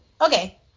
okay